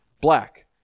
black